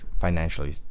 financially